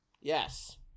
yes